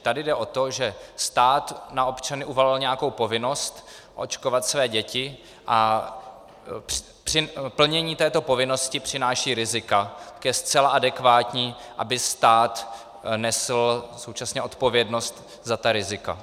Tady jde o to, že stát na občany uvalil nějakou povinnost očkovat své děti a plnění této povinnosti přináší rizika, tak je zcela adekvátní, aby stát nesl současně odpovědnost za ta rizika.